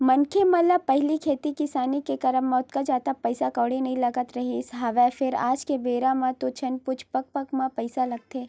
मनखे मन ल पहिली खेती किसानी के करब म ओतका जादा पइसा कउड़ी नइ लगत रिहिस हवय फेर आज के बेरा म तो झन पुछ पग पग म पइसा लगथे